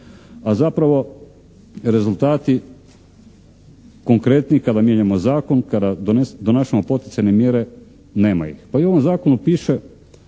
a zapravo rezultati konkretni kada mijenjamo zakon, kada donašamo poticajne mjere nema ih. Pa i u ovom Zakonu piše